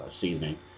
seasoning